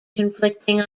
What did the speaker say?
conflicting